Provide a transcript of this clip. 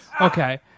Okay